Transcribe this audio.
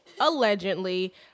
allegedly